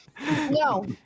no